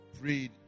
Prayed